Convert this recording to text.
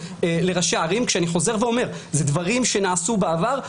כשאני חוזר ואומר: זה דברים שנעשו בעבר,